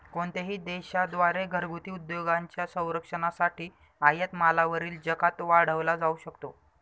कोणत्याही देशा द्वारे घरगुती उद्योगांच्या संरक्षणासाठी आयात मालावरील जकात वाढवला जाऊ शकतो